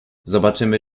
zobaczymy